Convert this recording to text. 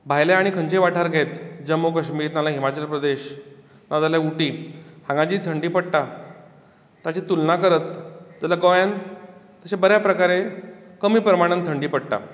भायले आनी खंयचे वाठार घेत जम्मू कश्मीर नाजाल्यार हिमाचल प्रदेश नाजाल्यार उटी हांगा जी थंडी पडटा ताची तुलना करत जाल्यार गोंयांत तशे बऱ्या प्रकारे कमी प्रमाणान थंडी पडटा